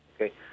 Okay